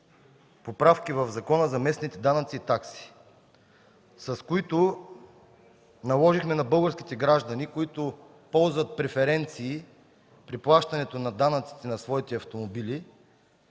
поправки в Закона за местните данъци и такси, с които наложихме на българските граждани, които ползват преференции при плащането на данъците на своите автомобили,